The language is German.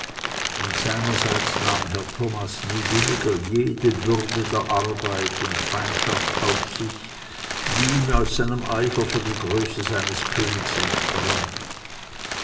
und seinerseits nahm herr thomas nie williger jede bürde der arbeit und feindschaft auf sich die ihm aus seinem eifer für die größe seines königs entsprang